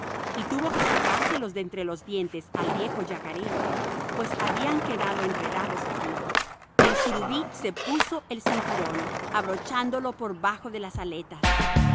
y tuvo que sacárselos de entre los dientes al viejo yacaré pues habían quedado enredados allí el surubí se puso el cinturón abrochándolo bajo las aletas